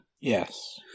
yes